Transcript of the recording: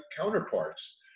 counterparts